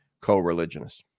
co-religionists